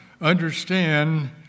understand